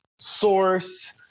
source